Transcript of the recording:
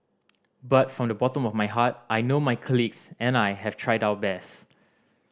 but from the bottom of my heart I know my colleagues and I have tried our best